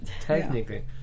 Technically